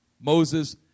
Moses